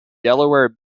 delaware